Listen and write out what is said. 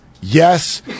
Yes